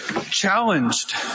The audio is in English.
challenged